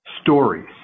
stories